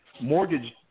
mortgage